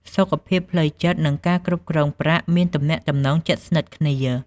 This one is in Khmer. សុខភាពផ្លូវចិត្ត និងការគ្រប់គ្រងប្រាក់មានទំនាក់ទំនងជិតស្និទ្ធគ្នា។